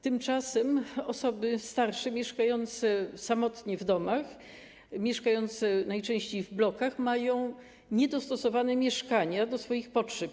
Tymczasem osoby starsze mieszkające samotnie mieszkają najczęściej w blokach i mają niedostosowane mieszkania do swoich potrzeb.